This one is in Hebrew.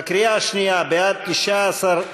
בקריאה השנייה, בעד, 19,